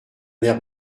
air